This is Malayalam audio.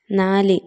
നാല്